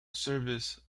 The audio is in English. service